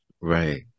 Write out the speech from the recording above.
right